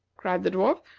cried the dwarf,